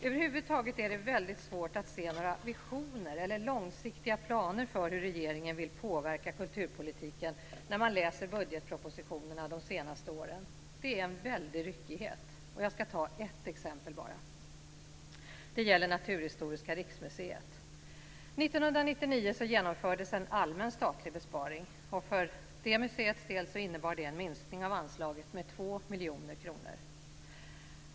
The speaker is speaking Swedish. Över huvud taget är det väldigt svårt att se några visioner eller långsiktiga planer för hur regeringen vill påverka kulturpolitiken när man läser budgetpropositionerna de senaste åren. Det är en väldig ryckighet. Jag ska ge bara ett exempel, som gäller Naturhistoriska riksmuseet. År 1999 genomfördes en allmän statlig besparing som för museets del innebar en minskning av anslaget med 2 miljoner kronor.